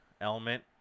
element